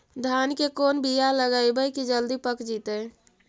धान के कोन बियाह लगइबै की जल्दी पक जितै?